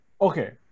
okay